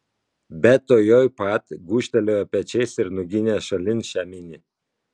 bet tuojau pat gūžtelėjo pečiais ir nuginė šalin šią minį